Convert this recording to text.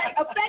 Okay